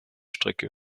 strecke